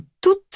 toute